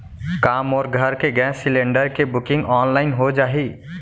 का मोर घर के गैस सिलेंडर के बुकिंग ऑनलाइन हो जाही?